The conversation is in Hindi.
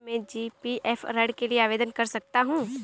क्या मैं जी.पी.एफ ऋण के लिए आवेदन कर सकता हूँ?